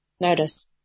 notice